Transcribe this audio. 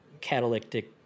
catalytic